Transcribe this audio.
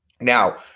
Now